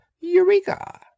Eureka